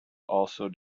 also